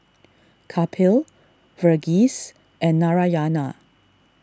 Kapil Verghese and Narayana